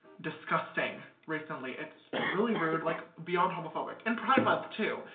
disgusting recently. it's really rude, like beyond homophobic. in pride month too,